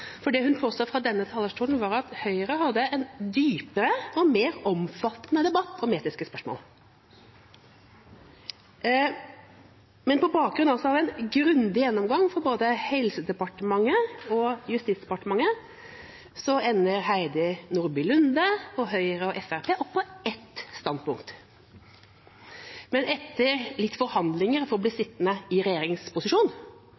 for det hun påsto fra denne talerstolen, var at Høyre hadde en dypere og mer omfattende debatt om etiske spørsmål. På bakgrunn av en grundig gjennomgang fra både Helsedepartementet og Justisdepartementet ender Heidi Nordby Lunde og Høyre og Fremskrittspartiet opp på ett standpunkt, men etter litt forhandlinger for å bli